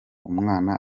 umwana